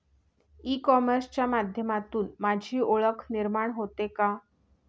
E कॉमर्सच्या माध्यमातून माझी ओळख निर्माण होते का?